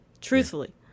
truthfully